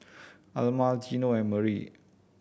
Alma Gino and Marie